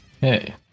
Hey